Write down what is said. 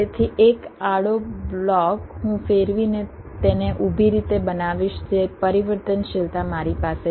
તેથી એક આડો બ્લોક હું ફેરવીને તેને ઊભી રીતે બનાવીશ તે પરિવર્તનશીલતા મારી પાસે છે